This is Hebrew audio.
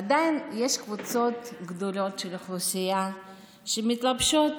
עדיין יש קבוצות גדולות של האוכלוסייה שמתלבשות